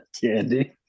candy